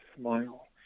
smile